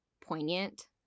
poignant